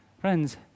Friends